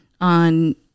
on